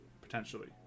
Potentially